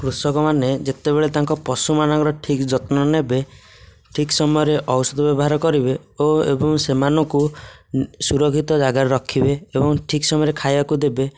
କୃଷକମାନେ ଯେତେବେଳେ ତାଙ୍କ ପଶୁମାନଙ୍କର ଠିକ୍ ଯତ୍ନ ନେବେ ଠିକ୍ ସମୟରେ ଔଷଧ ବ୍ୟବହାର କରିବେ ଓ ଏବଂ ସେମାନଙ୍କୁ ସୁରକ୍ଷିତ ଜାଗାରେ ରଖିବେ ଏବଂ ଠିକ୍ ସମୟରେ ଖାଇବାକୁ ଦେବେ